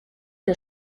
der